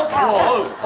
hello.